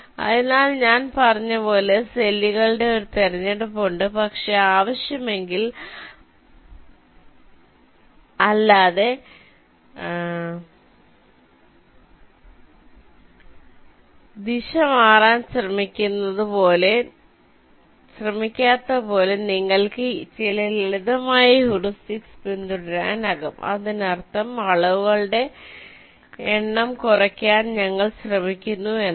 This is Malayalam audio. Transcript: അതിനാൽ ഞാൻ പറഞ്ഞതുപോലെ സെല്ലുകളുടെ ഒരു തിരഞ്ഞെടുപ്പുണ്ട് പക്ഷേ ആവശ്യമെങ്കിൽ അല്ലാതെ ദിശ മാറ്റാൻ ശ്രമിക്കാത്തതുപോലെ നിങ്ങൾക്ക് ചില ലളിതമായ ഹ്യൂറിസ്റ്റിക്സ് പിന്തുടരാനാകും അതിനർത്ഥം വളവുകളുടെ എണ്ണം കുറയ്ക്കാൻ ഞങ്ങൾ ശ്രമിക്കുന്നു എന്നാണ്